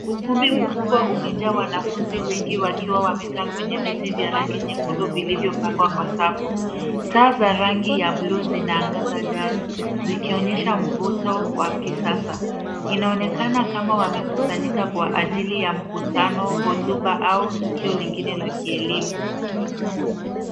Ukumbi mkubwa umejaa wanafunzi wengi wakiwa wamekaa kwenye viti ya rangi nyekundu vilivyopangwa kwa safu. Taa za rangi ya bluu zinaangaza dari zikionyesha mvuto wa kisasa Inaonekana kama wamekusanyika kwa ajili ya mkutano, hotuba au tukio lingine la kielimu.